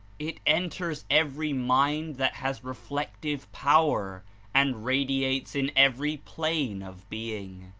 it enters every mind that has reflective power and radiates in every plane of being.